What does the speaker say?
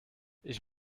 ich